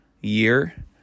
year